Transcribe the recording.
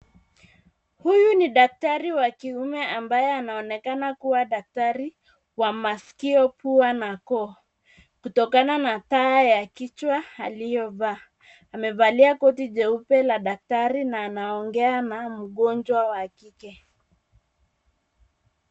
Huyu ni daktari wa kiume ambaye anaonekana kuwa daktari wa masikio ,pua na koo kutokana na taa ya kichwa aliyovaa. Amevalia koti jeupe la daktari na anaongea na mgonjwa wa kike.